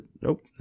Nope